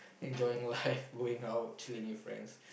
enjoying life going out chilling with your friends